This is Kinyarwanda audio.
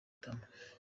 itama